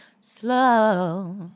slow